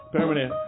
Permanent